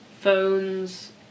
phones